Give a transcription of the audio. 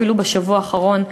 אפילו בשבוע האחרון,